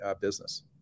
business